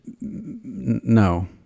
no